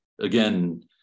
again